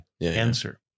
answer